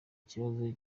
kibazo